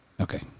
Okay